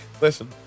Listen